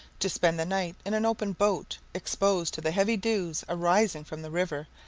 to spend the night in an open boat, exposed to the heavy dews arising from the river,